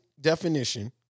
definition